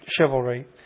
chivalry